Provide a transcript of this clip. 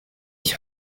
ich